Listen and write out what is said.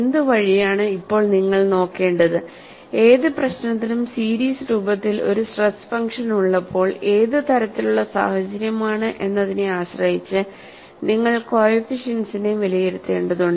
എന്ത് വഴിയാണ് ഇപ്പോൾ നിങ്ങൾ നോക്കേണ്ടത് ഏത് പ്രശ്നത്തിനും സീരീസ് രൂപത്തിൽ ഒരു സ്ട്രെസ് ഫംഗ്ഷൻ ഉള്ളപ്പോൾ ഏത് തരത്തിലുള്ള സാഹചര്യമാണ് എന്നതിനെ ആശ്രയിച്ച് നിങ്ങൾ കോഎഫിഷ്യന്റ്സിനെ വിലയിരുത്തേണ്ടതുണ്ട്